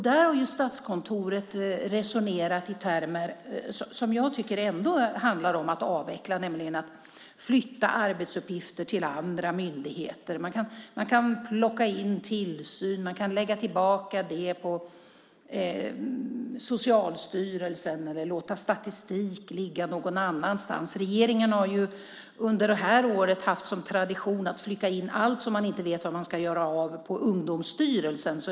Där har Statskontoret resonerat i termer som ändå handlar om att avveckla, nämligen att flytta arbetsuppgifter till andra myndigheter. Det handlar till exempel om att lägga tillbaka tillsynen på Socialstyrelsen eller låta statistiken vara någon annanstans. Regeringen har under det här året haft som tradition att flika in allt som man inte vet vad man ska göra av på Ungdomsstyrelsen.